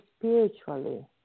spiritually